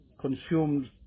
consumed